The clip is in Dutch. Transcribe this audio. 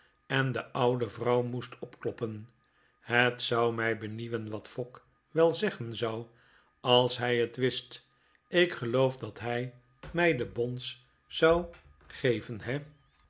en de oude vrouw moest opkloppen het zou mij benieuwen wat fogg wel zeggen zou als hij het wist ik geloof dat hij mij de bons zou geven he